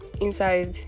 inside